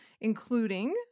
including